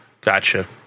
Gotcha